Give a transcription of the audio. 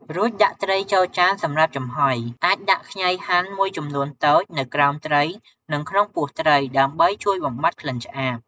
រួចដាក់ត្រីចូលចានសម្រាប់ចំហុយ អាចដាក់ខ្ញីហាន់មួយចំនួនតូចនៅក្រោមត្រី និងក្នុងពោះត្រីដើម្បីជួយបំបាត់ក្លិនឆ្អាប។